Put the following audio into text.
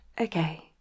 okay